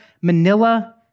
Manila